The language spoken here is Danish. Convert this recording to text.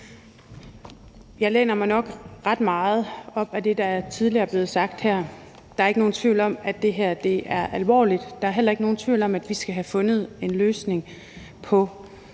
Jeg læner mig nok ret meget op ad det, der tidligere er blevet sagt her. Der er ikke nogen tvivl om, at det her er alvorligt, og der er heller ikke nogen tvivl om, at vi skal have fundet en løsning på